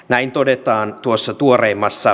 näin todetaan tuossa tuoreimmassa